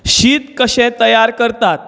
शीत कशें तयार करतात